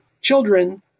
children